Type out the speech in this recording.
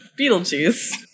Beetlejuice